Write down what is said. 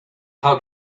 how